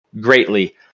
greatly